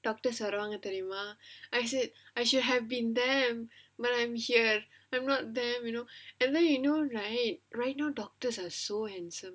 doctors வருவாங்க தெரியுமா:varuvaanga theriyumaa I said I should have been them but I'm here I'm not them you know and then you know right right now doctors are so handsome